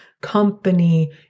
company